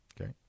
Okay